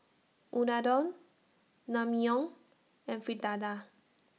Unadon Naengmyeon and Fritada